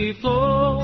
flow